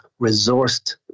resourced